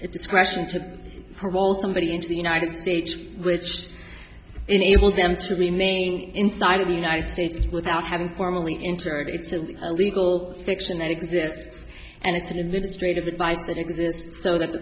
it discretion to parole somebody into the united states which enabled them to remain inside of the united states that haven't formally entered it's a legal fiction that exists and it's an administrative advice that exists so that the